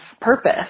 purpose